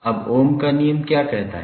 अब ओम का नियम क्या कहता है